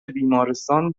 بیمارستان